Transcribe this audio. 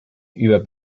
über